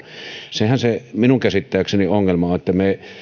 sehän se ongelma minun käsittääkseni on että me